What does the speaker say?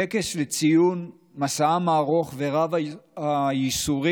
טקס לציון מסעם הארוך ורב-הייסורים